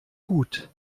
gut